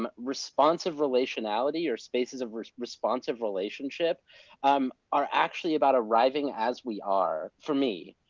um responsive relationality or spaces of responsive relationship um are actually about arriving as we are, for me,